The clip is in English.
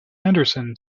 henderson